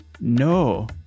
No